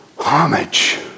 Homage